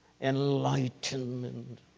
enlightenment